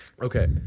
Okay